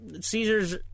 Caesars